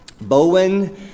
Bowen